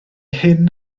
hyn